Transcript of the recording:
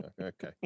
Okay